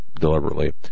deliberately